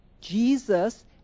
Jesus